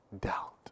doubt